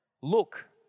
Look